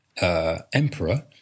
Emperor